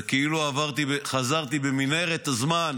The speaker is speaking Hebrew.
וכאילו חזרתי במנהרת הזמן